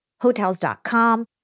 Hotels.com